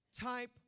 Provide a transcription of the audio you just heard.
type